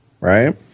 right